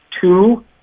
Two